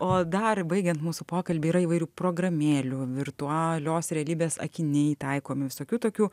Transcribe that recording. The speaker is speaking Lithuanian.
o dar baigiant mūsų pokalbį yra įvairių programėlių virtualios realybės akiniai taikomi visokių tokių